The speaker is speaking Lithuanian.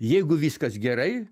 jeigu viskas gerai